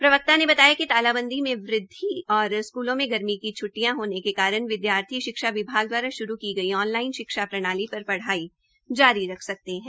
प्रवक्ता ने बताया कि तालाबंदी के वृदवि और स्कूलों में गर्मी की छ्ट्टिया होने के कारण विद्यार्थी शिक्षा विभाग द्वारा श्रू की गई ऑन लाइन शिक्षा प्रणाली पर पढ़ाई जारी रख सकते है